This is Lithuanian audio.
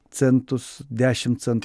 centus dešimt centų